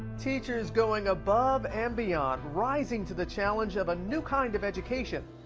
teachers going above and beyond, rising to the challenge of a new kind of education,